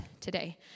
today